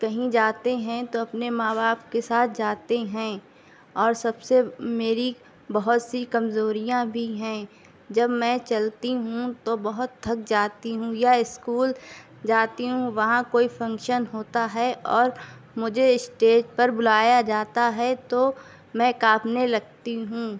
کہیں جاتے ہیں تو اپنے ماں باپ کے ساتھ جاتے ہیں اور سب سے میری بہت سی کمزوریاں بھی ہیں جب میں چلتی ہوں تو بہت تھک جاتی ہوں یا اسکول جاتی ہوں وہاں کوئی فنکشن ہوتا ہے اور مجھے اسٹیج پر بلایا جاتا ہے تو میں کاںپنے لگتی ہوں